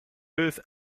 earth